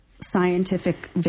scientific